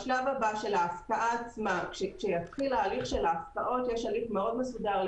בשלב הבא של כשיתחיל הליך ההפקעות יש הליך מאוד מסודר,